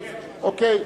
טוב.